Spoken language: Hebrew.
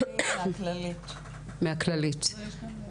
אני נמצאת.